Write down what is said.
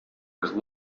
was